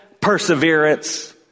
perseverance